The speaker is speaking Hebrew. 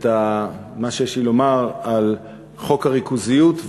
את מה שיש לי לומר על חוק הריכוזיות,